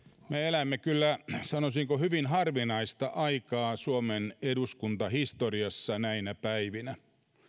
me elämme kyllä sanoisinko hyvin harvinaista aikaa suomen eduskuntahistoriassa näinä päivinä